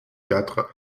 quatre